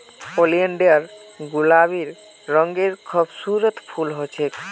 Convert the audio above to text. oleander गुलाबी रंगेर खूबसूरत फूल ह छेक